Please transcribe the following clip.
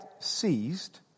seized